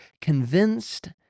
convinced